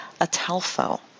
Atalfo